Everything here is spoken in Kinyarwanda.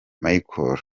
michael